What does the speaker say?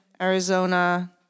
Arizona